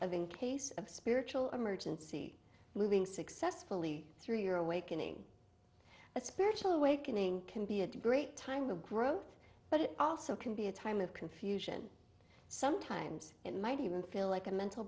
of in case of spiritual emergency moving successfully through your awakening a spiritual awakening can be a great time of growth but it also can be a time of confusion sometimes it might even feel like a mental